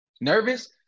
Nervous